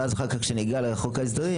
ואחר כך כשנגיע לחוק ההסדרים,